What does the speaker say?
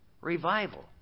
revival